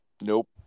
nope